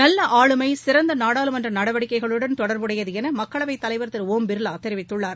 நல்ல ஆளுமை சிறந்த நாடாளுமன்ற நடவடிக்கைகளுடன் தொடர்புடையது என மக்களவை தலைவர் திரு ஓம் பிர்லா தெரிவித்துள்ளார்